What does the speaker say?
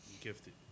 Gifted